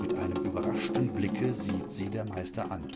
mit einem überraschten blicke sieht sie der meister an